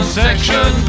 section